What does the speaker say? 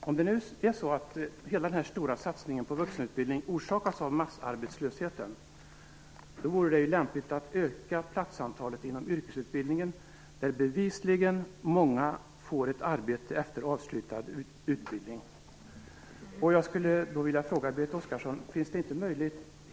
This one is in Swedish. Om det nu är så att hela denna stora satsning på vuxenutbildning orsakas av massarbetslösheten vore det lämpligt att öka platsantalet inom yrkesutbildningen, där många bevisligen får ett arbete efter avslutad utbildning.